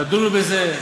תדונו בזה.